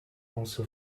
also